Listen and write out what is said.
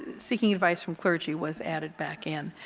seeking advice from clergy was added back in.